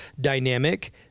dynamic